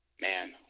Man